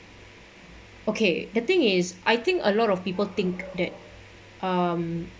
okay the thing is I think a lot of people think that um